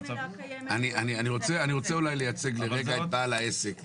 אני רוצה לייצג לרגע את בעל העסק,